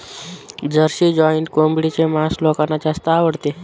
Jersey joint कोंबडीचे मांस लोकांना जास्त आवडते